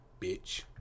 Bitch